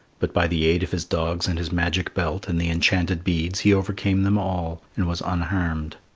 but by the aid of his dogs and his magic belt and the enchanted beads he overcame them all and was unharmed.